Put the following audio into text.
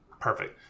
perfect